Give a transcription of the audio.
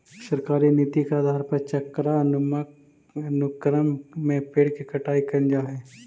सरकारी नीति के आधार पर चक्रानुक्रम में पेड़ के कटाई कैल जा हई